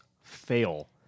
fail